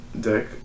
dick